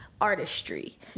artistry